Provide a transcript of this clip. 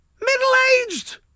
Middle-aged